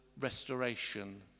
restoration